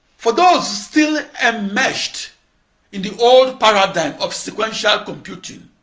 for those still enmeshed in the old paradigm of sequential computing,